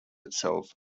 itself